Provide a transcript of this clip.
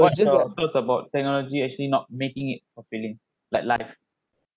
what's your thoughts about technology actually not making it fulfilling like life